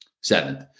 seventh